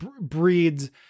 breeds